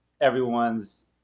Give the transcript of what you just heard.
everyone's